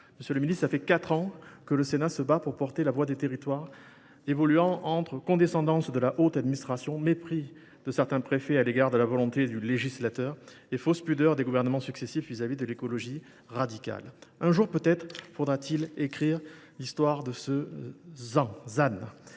Monsieur le ministre, voilà quatre ans que le Sénat se bat pour porter la voix des territoires, entre la condescendance de la haute administration, le mépris de certains préfets à l’égard de la volonté du législateur et les fausses pudeurs des gouvernements successifs vis à vis de l’écologie radicale. Peut être faudra t il écrire un jour l’histoire du zéro